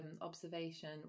observation